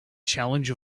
challenge